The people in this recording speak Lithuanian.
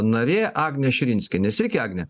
narė agnė širinskienė sveiki agne